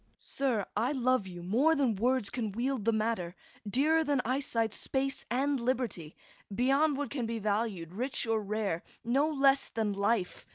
sir, i love you more than words can wield the matter dearer than eyesight, space, and liberty beyond what can be valu'd, rich or rare no less than life,